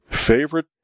favorite